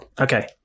Okay